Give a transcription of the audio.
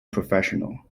professional